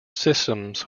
systems